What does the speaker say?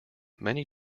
many